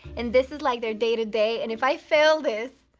and this is like their day-to-day, and if i fail this,